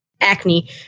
acne